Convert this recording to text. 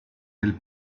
del